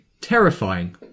terrifying